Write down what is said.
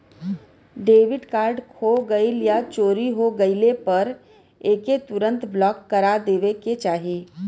debit card खो गइल या चोरी हो गइले पर एके तुरंत ब्लॉक करा देवे के चाही